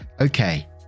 okay